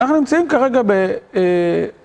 אנחנו נמצאים כרגע ב...